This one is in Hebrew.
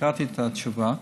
קראתי את התשובה.